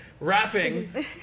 rapping